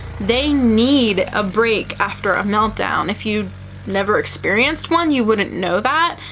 they need a break after a meltdown. if you never experienced one, you wouldn't know that,